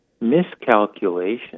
miscalculation